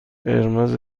قرمز